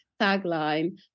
tagline